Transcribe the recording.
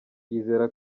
yizera